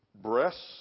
Breasts